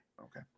Okay